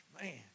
man